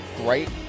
great